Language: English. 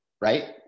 Right